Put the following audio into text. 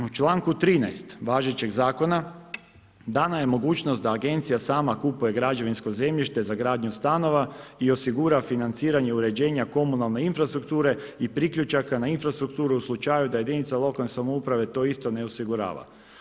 U članku 13. važećeg zakona dana je mogućnost da agencija sama kupuje građevinsko zemljište za gradnju stanova i osigura financiranje uređenja komunalne infrastrukture i priključaka na infrastrukturu u slučaju da jedinica lokalne samouprave to isto ne osigurava.